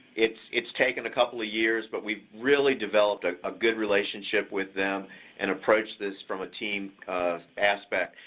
it's it's taken a couple of years, but we've really developed ah a good relationship with them and approached this from a team aspect,